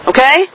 Okay